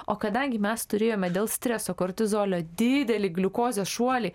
o kadangi mes turėjome dėl streso kortizolio didelį gliukozės šuolį